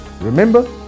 Remember